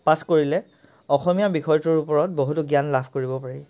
পাঠ কৰিলে অসমীয়া বিষয়টোৰ ওপৰত বহুতো জ্ঞান লাভ কৰিব পাৰি